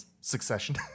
succession